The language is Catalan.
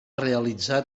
realitzar